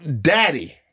daddy